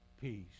peace